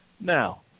Now